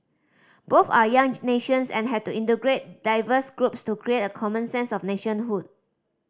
both are young nations and had to integrate diverse groups to create a common sense of nationhood